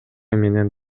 менен